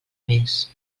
més